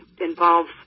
involves